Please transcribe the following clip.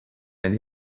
and